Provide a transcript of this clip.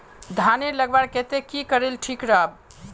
धानेर लगवार केते की करले ठीक राब?